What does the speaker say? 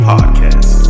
Podcast